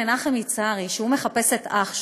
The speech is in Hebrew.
מנחם יצהרי, הוא מחפש את האח שלו.